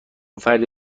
فردی